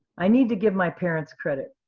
i need to give my parents credit.